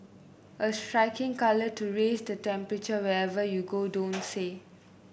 a striking colour to raise the temperature wherever you go don't you say